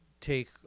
take